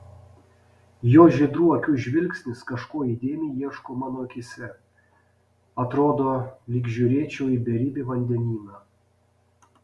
jo žydrų akių žvilgsnis kažko įdėmiai ieško mano akyse atrodo lyg žiūrėčiau į beribį vandenyną